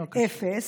לא קשור.